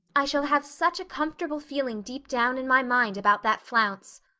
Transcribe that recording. i shall have such a comfortable feeling deep down in my mind about that flounce.